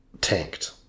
tanked